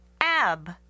AB